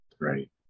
Right